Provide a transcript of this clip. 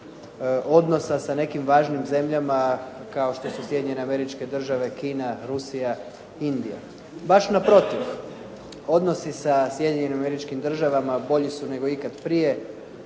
odnosa sa nekim važnim zemljama kao što su Sjedinjene Američke Države, Kina, Rusija, Indija. Baš naprotiv, odnosi sa Sjedinjenim Američkim Državama bolji su nego ikad prije.